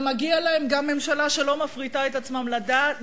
ומגיעה להם גם ממשלה שלא מפריטה את עצמה לדעת,